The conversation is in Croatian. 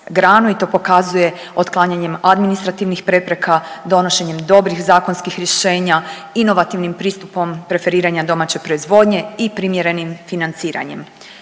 i to pokazuje otklanjanjem administrativnih prepreka, donošenjem dobrih zakonskih rješenja, inovativnim pristupom preferiranja domaće proizvodnje i primjerenim financiranjem.